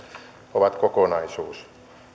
ovat kokonaisuus